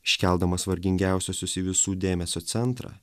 iškeldamas vargingiausiuosius į visų dėmesio centrą